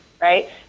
right